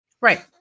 Right